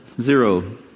Zero